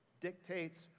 dictates